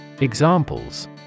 Examples